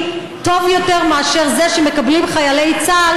טוב יותר מאשר זה שמקבלים חיילי צה"ל,